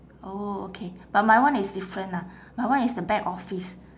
oh okay but my one is different ah my one is the back office